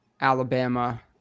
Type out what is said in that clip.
Alabama